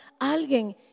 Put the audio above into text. alguien